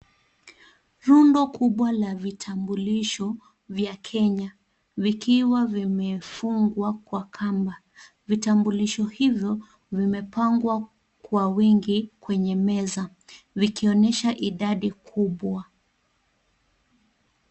Rundo kubwa la vitambulisho vya Kenya vikiwa vimefungwa kwa kamba. Vitambulisho hivyo vimepangwa kwa wingi kwenye meza, vikionyesha idadi kubwa.